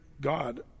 God